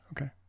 Okay